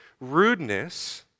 rudeness